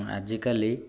ଆଜିକାଲି